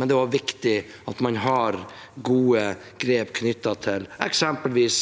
men det er viktig at man har gode grep knyttet til eksempelvis